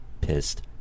pissed